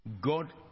God